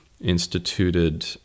instituted